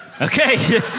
Okay